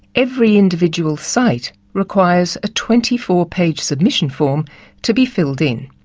every individual site requires a twenty four page submission form to be filled in.